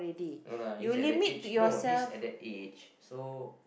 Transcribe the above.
no lah he's at that age no he's at that age so